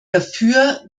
dafür